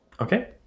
Okay